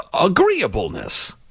agreeableness